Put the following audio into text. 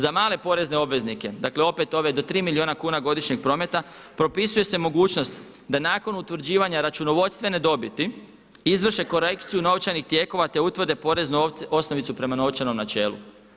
Za male porezne obveznike, dakle opet ove do 3 milijuna kuna godišnjeg prometa propisuje se mogućnost da nakon utvrđivanja računovodstvene dobiti izvrše korekciju novčanih tijekova te utvrde poreznu osnovicu prema novčanom načelu.